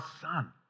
Son